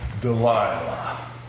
Delilah